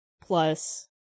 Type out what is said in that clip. plus